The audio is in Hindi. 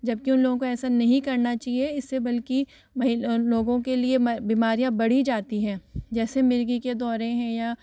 जबकि उन लोगों को ऐसा नहीं करना चाहिए इससे बल्कि महि लोगों के लिए बीमारियाँ बढ़ जाती हैं जैसे मिर्गी के दौरे है या